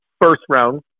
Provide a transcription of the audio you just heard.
first-round